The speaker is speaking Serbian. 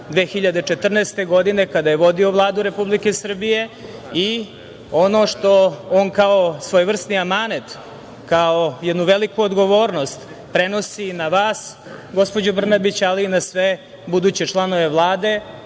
2014. godine, kada je vodio Vladu Republike Srbije i ono što on kao svojevrsni amanet, kao 44/2 MG/MĆjednu veliku odgovornost prenosi na vas, gospođo Brnabić, ali i na sve buduće članove Vlade,